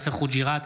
יאסר חוג'יראת,